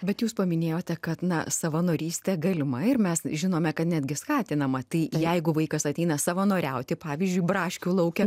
bet jūs paminėjote kad na savanorystė galima ir mes žinome kad netgi skatinama tai jeigu vaikas ateina savanoriauti pavyzdžiui braškių lauke